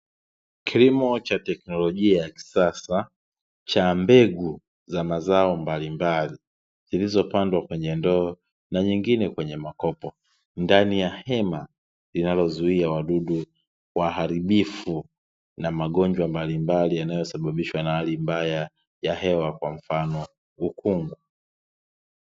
Kilimo cha teknolojia ya kisasa cha mbegu za mazao mbalimbali, zilizopandwa kwenye ndoo na nyingine kwenye makopo, ndani ya hema linalozuia wadudu waharibifu na magonjwa mbalimbali yanayosababishwa na hali mbaya ya hewa kwa mfano, ukungu.